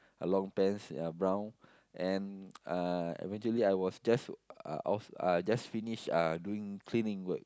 a long pants ya brown and uh eventually I was just uh off uh just finish uh doing cleaning work